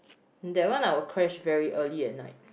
that one I will crash very early at night